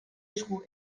esku